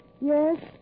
Yes